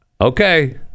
okay